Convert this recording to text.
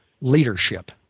leadership